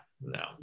no